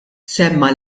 semma